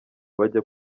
bajya